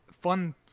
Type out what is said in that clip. fun